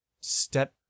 step